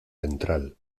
ventral